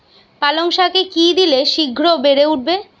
পালং শাকে কি দিলে শিঘ্র বেড়ে উঠবে?